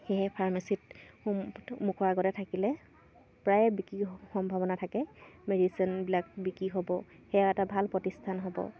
সেয়েহে ফাৰ্মেচিত মুখৰ আগতে থাকিলে প্ৰায়ে বিক্ৰী সম্ভাৱনা থাকে মেডিচিনবিলাক বিক্ৰী হ'ব সেয়া এটা ভাল প্ৰতিষ্ঠান হ'ব